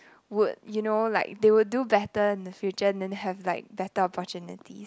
would you know like they would do better in the future then have like better opportunities